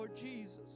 Jesus